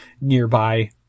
nearby